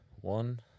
one